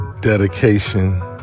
Dedication